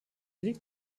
liegt